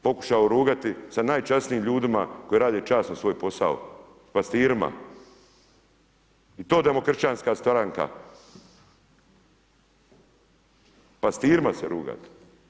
Pokušao rugati sa najčasnijim ljudima koji rade časno svoj posao, pastirima i to demokršćanska stranka, pastirima se rugate.